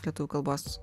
lietuvių kalbos